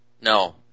No